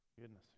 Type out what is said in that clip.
goodness